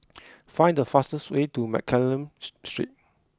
find the fastest way to Mccallum's Street